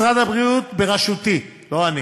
משרד הבריאות בראשותי, לא אני,